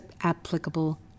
applicable